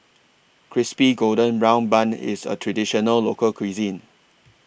Crispy Golden Brown Bun IS A Traditional Local Cuisine